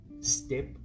step